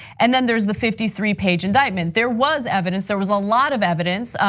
and then there's the fifty three page indictment. there was evidence, there was a lot of evidence.